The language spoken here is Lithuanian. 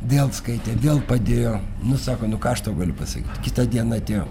vėl skaitė vėl padėjo nu sako nu ką aš tau galiu pasakyt kitą dieną atėjo